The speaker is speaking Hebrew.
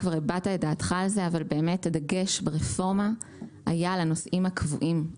כבר הבעת את דעתך על זה באמת הדגש ברפורמה היה על הנוסעים הקבועים.